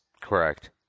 Correct